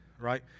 right